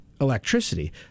electricity